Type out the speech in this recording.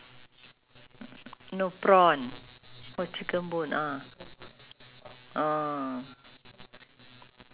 the cakes everything like puteri salat everything all very nice ah yes the one which you tried